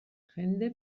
jende